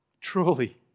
Truly